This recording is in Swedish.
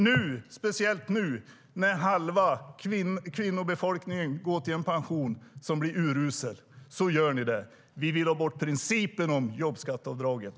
Nu går halva kvinnobefolkningen mot en urusel pension. Vi vill ha bort principen om jobbskatteavdraget.